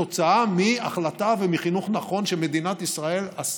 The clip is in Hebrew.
אתה דיברת גם על זיכרון השואה במזרח אירופה.